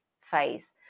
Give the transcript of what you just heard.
phase